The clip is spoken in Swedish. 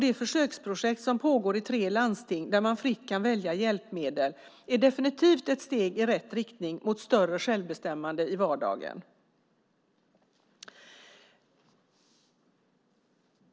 Det försöksprojekt som pågår i tre landsting, där man fritt kan välja hjälpmedel, är definitivt ett steg i rätt riktning mot större självbestämmande i vardagen.